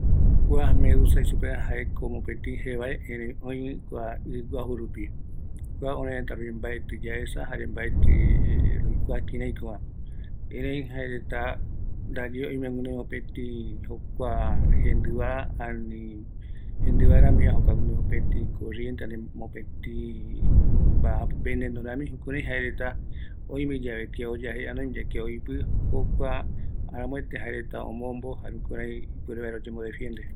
Kua medusa jaeko öi ɨ guaju rupi, ore mbaetɨ roikua, jaereta ndaye oime guinoi jendɨva reta, jokopi oime guinoi veneno rämi, jukuraï oyeepi reta